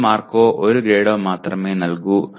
ഒരു മാർക്കോ ഒരു ഗ്രേഡോ മാത്രമേ നൽകൂ